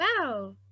Wow